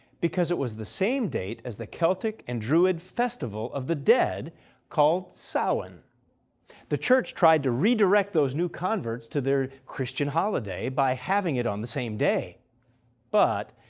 because it was the same date as the celtic and druid festival of the dead called samhain. so and the church tried to redirect those new converts to their christian holiday by having it on the same day but,